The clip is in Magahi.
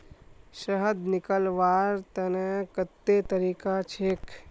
शहद निकलव्वार तने कत्ते तरीका छेक?